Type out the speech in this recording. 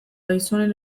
gizonen